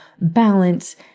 balance